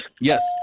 Yes